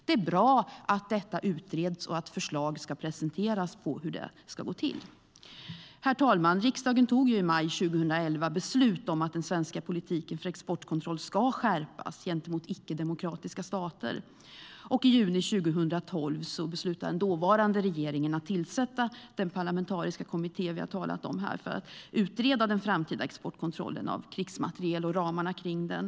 Det är bra att detta utreds och att förslag på hur det ska gå till presenteras. Herr talman! Riksdagen tog i maj 2011 beslut om att den svenska politiken för exportkontroll ska skärpas gentemot icke-demokratiska stater. I juni 2012 beslutade den dåvarande regeringen att tillsätta den parlamentariska kommitté vi har talat om här, med uppgift att utreda den framtida exportkontrollen av krigsmateriel och ramarna kring den.